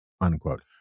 unquote